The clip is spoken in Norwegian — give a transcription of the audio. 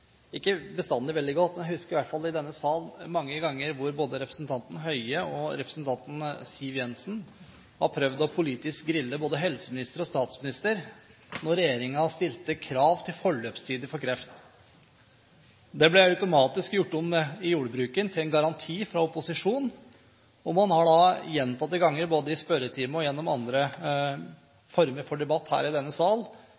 ikke bestandig veldig godt, men jeg husker i hvert fall at både representanten Bent Høie og representanten Siv Jensen i denne sal mange ganger har prøvd å grille politisk både helseminister og statsminister når regjeringen har stilt krav til forløpstider for kreft. Det ble automatisk gjort om i ordbruken – til en garanti fra opposisjonen. Man har gjentatte ganger, både i spørretime og i andre